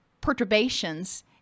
perturbations